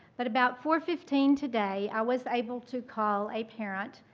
but about four fifteen today i was able to call a parent,